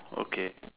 okay